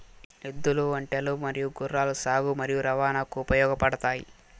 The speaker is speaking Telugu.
ఎద్దులు, ఒంటెలు మరియు గుర్రాలు సాగు మరియు రవాణాకు ఉపయోగపడుతాయి